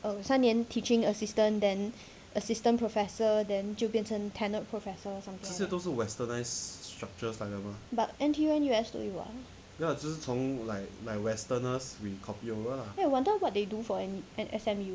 err 三年 teaching assistant then assistant professor then 就变成 tenured professor or something but N_T_U N_U_S 都有 ah eh wonder what they do for at S_M_U